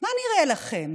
מה נראה לכם?